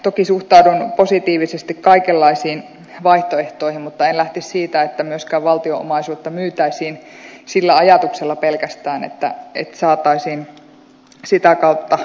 toki suhtaudun positiivisesti kaikenlaisiin vaihtoehtoihin mutta en lähtisi siitä että myöskään valtion omaisuutta myytäisiin sillä ajatuksella pelkästään että saataisiin sitä kautta lisärahaa